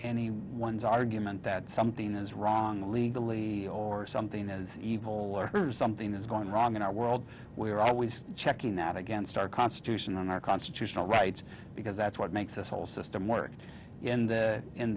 any one's argument that something is wrong legally or something is evil or something is going wrong in our world we are always checking that against our constitution and our constitutional rights because that's what makes this whole system work and in the